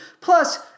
Plus